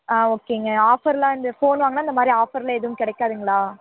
ஆ ஓகேங்க ஆஃபர்லாம் இந்த ஃபோன் வாங்கினா இந்த மாதிரி ஆஃபர்லாம் எதுவும் கிடைக்காதுங்களா